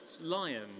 lion